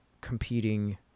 competing